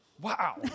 Wow